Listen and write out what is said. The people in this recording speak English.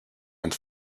and